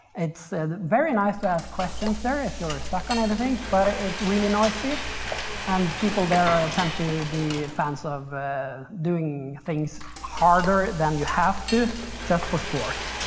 it's very nice to ask questions there if you were stuck on a thing, but it's really noisy and people there ah tend to be fans of doing things harder than you have to just for sport.